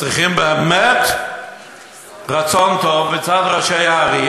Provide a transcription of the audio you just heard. אז צריכים באמת רצון טוב מצד ראשי הערים,